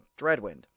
Dreadwind